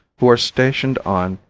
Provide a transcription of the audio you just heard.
who are stationed on,